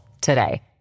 today